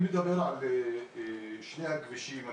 אני מדבר על שני הכבישים.